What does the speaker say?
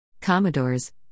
Commodores